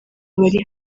bari